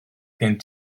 gen